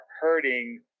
hurting